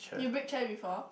you break chair before